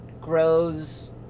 grows